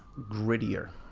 grittier.